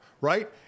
right